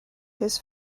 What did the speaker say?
his